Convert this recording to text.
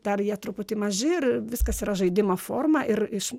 dar jie truputį maži ir viskas yra žaidimo forma ir iš